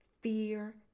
fear